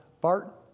Bart